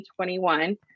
2021